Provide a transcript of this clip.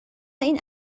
این